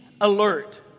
alert